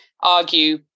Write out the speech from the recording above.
argue